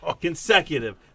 Consecutive